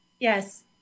Yes